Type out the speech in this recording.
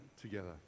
together